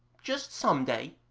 just some day